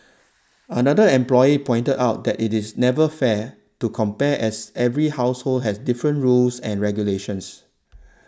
another employer pointed out that it is never fair to compare as every household has different rules and regulations